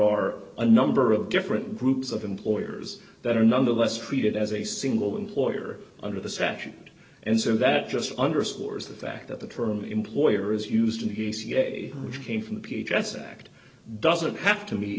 are a number of different groups of employers that are nonetheless treated as a single employer under the statute and so that just underscores the fact that the term employer is used in the case yet which came from the p h s act doesn't have to me